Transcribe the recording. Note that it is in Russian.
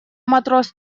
матрос